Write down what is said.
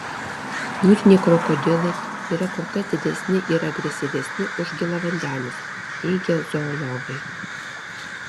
jūriniai krokodilai yra kur kas didesni ir agresyvesni už gėlavandenius teigia zoologai